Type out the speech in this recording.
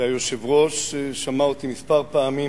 והיושב-ראש שמע אותי פעמים